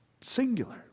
Singular